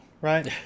right